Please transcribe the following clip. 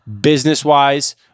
business-wise